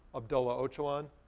abdullah ocalan.